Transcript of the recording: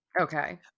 Okay